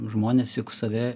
žmonės juk save